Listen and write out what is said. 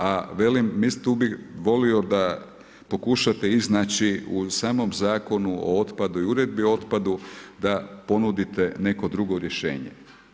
A velim, tu bi volio da pokušate iznaći u samom Zakonu o otpadu i Uredbi o otpadu, da ponudite neko drugo rješenje.